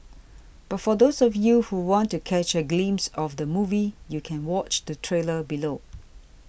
but for those of you who want to catch a glimpse of the movie you can watched the trailer below